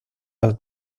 los